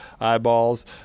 eyeballs